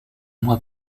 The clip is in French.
mois